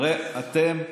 הרי אתם,